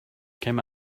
came